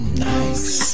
nice